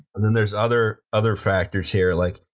and then there's other other factors here, like,